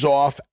off